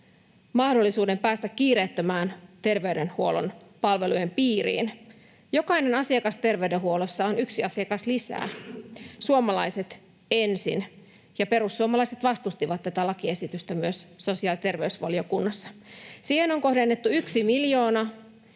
mahdollisuuden päästä kiireettömän terveydenhuollon palvelujen piiriin. Jokainen asiakas terveydenhuollossa on yksi asiakas lisää, suomalaiset ensin. Perussuomalaiset vastustivat tätä lakiesitystä myös sosiaali- ja terveysvaliokunnassa. Siihen on kohdennettu yksi miljoona.